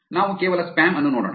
ನಾವು ಕೇವಲ ಸ್ಪ್ಯಾಮ್ ಅನ್ನು ನೋಡೋಣ